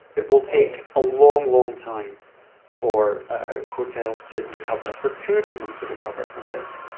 it will take a long, long time for hotels to recover, for tourism to recover from this.